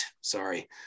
sorry